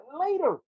later